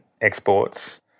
exports